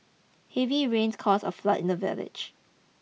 heavy rains caused a flood in the village